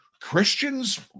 Christians